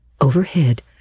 Overhead